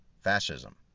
Fascism